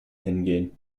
hingehen